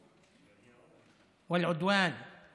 (אומר דברים בשפה הערבית,